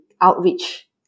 outreach